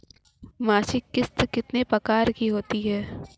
मासिक किश्त कितने प्रकार की होती है?